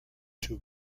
two